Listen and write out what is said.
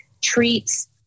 treats